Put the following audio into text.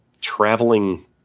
traveling